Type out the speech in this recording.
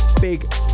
big